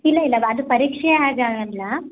ಇಲ್ಲ ಇಲ್ಲ ಅದು ಪರೀಕ್ಷೆ ಹಾಗಲ್ಲ